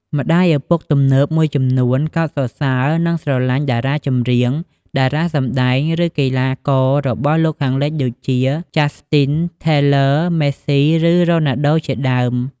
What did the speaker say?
ម្ដាយឪពុកសម័យទំនើបមួយចំនួនកោតសរសើរ និង ស្រឡាញ់តារាចម្រៀង តារាសម្ដែង ឬ កីឡាកររបស់លោកខាងលិច ដូចជា ចាស់ស្ទីន ថេលើ ម៊េសសុី ឬ រ៉ូណាល់ដូជាដើម។